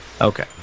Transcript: Okay